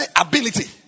ability